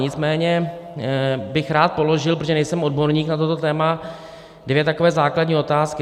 Nicméně bych rád položil, protože nejsem odborník na toto téma, dvě takové základní otázky.